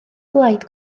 blaid